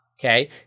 Okay